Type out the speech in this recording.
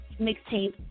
mixtape